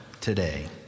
today